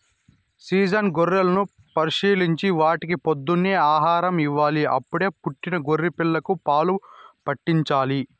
season గొర్రెలను పరిశీలించి వాటికి పొద్దున్నే ఆహారం ఇవ్వాలి, అప్పుడే పుట్టిన గొర్రె పిల్లలకు పాలు పాట్టించాలి